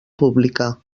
pública